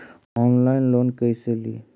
Online loan कैसे ली?